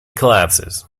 collapses